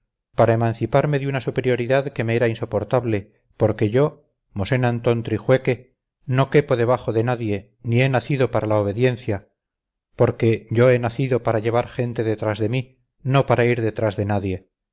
para emanciparme de una superioridad que me era insoportable porque yo mosén antón trijueque no quepo debajo de nadie ni he nacido para la obediencia porque yo he nacido para llevar gente detrás de mí no para ir detrás de nadie